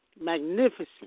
magnificent